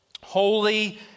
holy